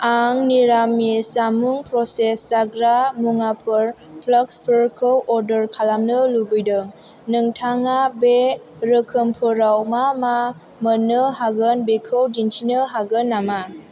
आं निरामिस जामुं प्र'सेस जाग्रा मुवाफोर फ्लाक्सफोरखौ अर्डार खालामनो लुबैदों नोंथाङा बै रोखोमफोराव मा मा मोननो हागोन बेखौ दिन्थिनो हागोन नामा